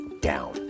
down